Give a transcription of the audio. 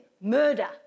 murder